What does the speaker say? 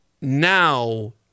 now